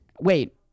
wait